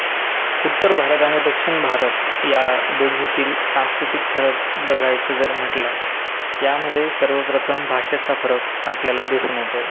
उत्तर भारत आणि दक्षिण भारत या दोघीतील सांस्कृतिक फरक बघायचं जर म्हटल्यास यामधे सर्वप्रथम भाषेचा फरक आपल्याला दिसून येतो